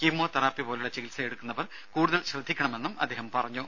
chemotherapy പോലുള്ള ചികിത്സയെടുക്കുന്നവർ കൂടുതൽ ശ്രദ്ധിക്കണമെന്നും അദ്ദേഹം പറഞ്ഞു